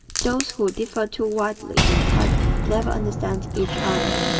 those who differ too widely in type never understand each other.